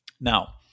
Now